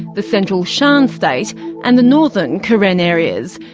the central shan state and the northern karen areas.